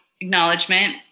acknowledgement